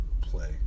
play